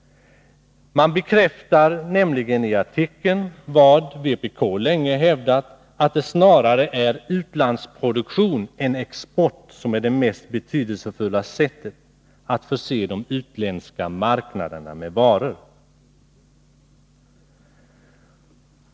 Man bekräftar nämligen i artikeln vad vpk länge hävdat, nämligen att det snarare är utlandsproduktion än export som är det mest betydelsefulla sättet att förse de utländska marknaderna med varor.